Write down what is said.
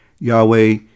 Yahweh